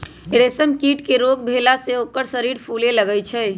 रेशम कीट के रोग भेला से ओकर शरीर फुले लगैए छइ